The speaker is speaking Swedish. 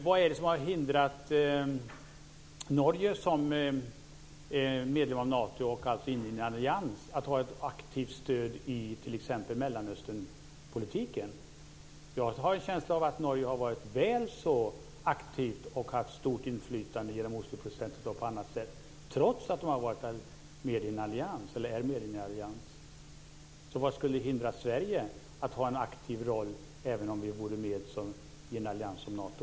Vad är det som har hindrat Norge som medlem i Nato att vara ett aktivt stöd i Mellanösternpolitiken? Jag har en känsla av att Norge har varit väl så aktivt och haft ett stort inflytande genom Osloprocessen och på annat sätt, trots att man är medlem i en allians? Så vad skulle hindra Sverige från att spela en aktiv roll, även om vi var med i militäralliansen Nato?